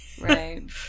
right